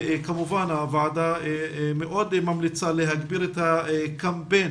הוועדה מאוד ממליצה להגביר את הקמפיין